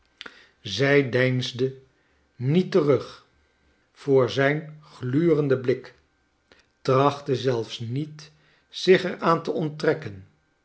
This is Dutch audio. zij deinsde niet terug voor zijn glurenden blik trachtte zelfs niet zich er aan te onttrekken